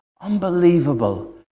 Unbelievable